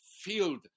field